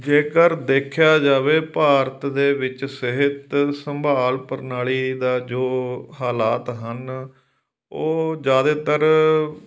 ਜੇਕਰ ਦੇਖਿਆ ਜਾਵੇ ਭਾਰਤ ਦੇ ਵਿੱਚ ਸਿਹਤ ਸੰਭਾਲ ਪ੍ਰਣਾਲੀ ਦਾ ਜੋ ਹਾਲਾਤ ਹਨ ਉਹ ਜ਼ਿਆਦਾਤਰ